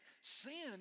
sin